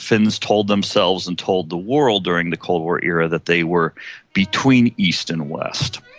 finns told themselves and told the world during the cold war era that they were between east and west.